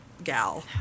gal